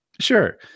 Sure